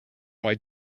white